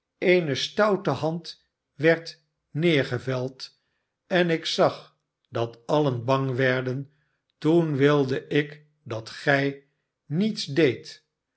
eene stoute hand werd neergeveld en ik zag dat alien bang werden toen wilde ik dat gij niets deedt